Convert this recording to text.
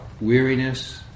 weariness